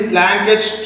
language